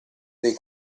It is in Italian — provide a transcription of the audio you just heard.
dei